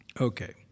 Okay